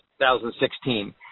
2016